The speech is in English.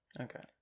okay